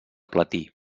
platí